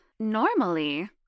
Normally